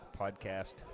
Podcast